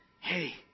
Hey